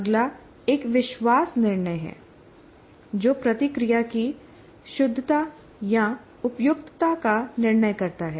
अगला एक विश्वास निर्णय है जो प्रतिक्रिया की शुद्धता या उपयुक्तता का निर्णय करता है